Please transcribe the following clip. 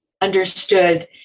understood